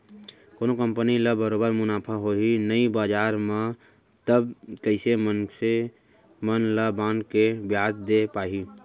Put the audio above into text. कोनो कंपनी ल बरोबर मुनाफा होही नइ बजार म तब कइसे मनसे मन ल बांड के बियाज दे पाही